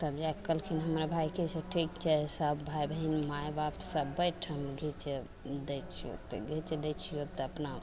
तब जाके कहलखिन हमरा भाइ कि से ठीक छै सभ भाइ बहिन माइ बाप सभ बैठ हम घिचि दै छिऔ तऽ घिचि दै छिऔ तऽ अपना